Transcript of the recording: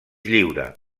lliure